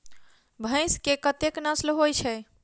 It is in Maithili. भैंस केँ कतेक नस्ल होइ छै?